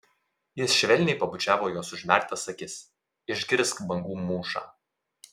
jis švelniai pabučiavo jos užmerktas akis išgirsk bangų mūšą